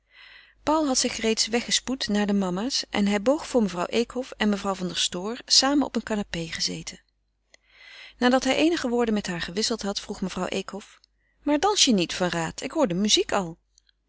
paul had zich reeds weggespoed naar de mama's en hij boog voor mevrouw eekhof en mevrouw van der stoor samen op een canapé gezeten nadat hij eenige woorden met haar gewisseld had vroeg mevrouw eekhof maar dans je niet van raat ik hoor de muziek al